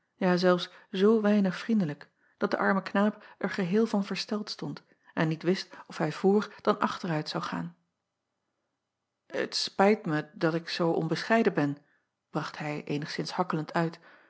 ja zelfs zoo weinig vriende acob van ennep laasje evenster delen lijk dat de arme knaap er geheel van versteld stond en niet wist of hij voor dan achteruit zou gaan et spijt mij dat ik zoo onbescheiden ben bracht hij eenigszins hakkelend uit